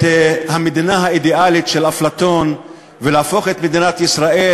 את המדינה האידיאלית של אפלטון ולהפוך את מדינת ישראל